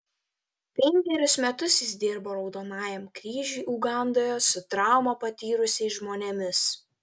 penkerius metus jis dirbo raudonajam kryžiui ugandoje su traumą patyrusiais žmonėmis